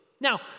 Now